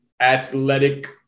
athletic